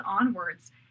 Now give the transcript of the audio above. onwards